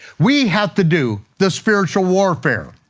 we have to do the spiritual warfare.